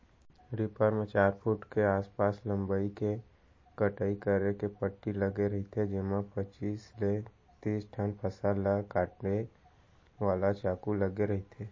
reaper म चार foot के आसपास लंबई के कटई करे के पट्टी लगे रहिथे जेमा पचीस ले तिस ठन फसल ल काटे वाला चाकू लगे रहिथे